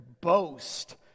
boast